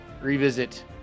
revisit